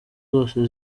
zose